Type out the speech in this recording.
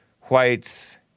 whites